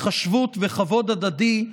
התחשבות וכבוד הדדי,